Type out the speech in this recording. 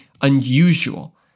unusual